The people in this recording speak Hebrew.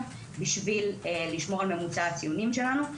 בשביל לשמור על ממוצע הציונים שלנו.